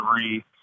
three